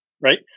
right